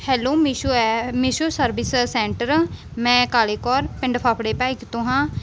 hello Meesho app Meesho service centre ਮੈਂ ਕਾਲੇ ਕੌਰ ਪਿੰਡ ਫਾਫੜੇ ਭਾਈ ਕੇ ਤੋਂ ਹਾਂ